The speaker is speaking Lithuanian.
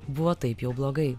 buvo taip jau blogai